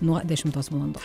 nuo dešimtos valando